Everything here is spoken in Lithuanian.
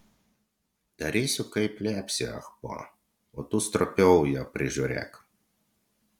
darysiu kaip liepsi ah po o tu stropiau ją prižiūrėk